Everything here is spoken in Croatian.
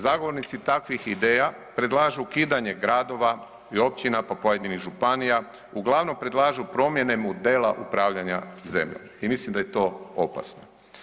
Zagovornici takvih ideja predlažu ukidanje gradova i općina, pa pojedinih županija, uglavnom predlažu promijene modela upravljanja zemljom i mislim da je to opasno.